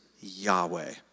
Yahweh